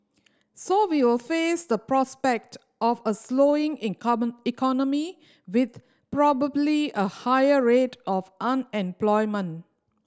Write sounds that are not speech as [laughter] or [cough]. so we will face the prospect of a slowing [unintelligible] economy with probably a higher rate of unemployment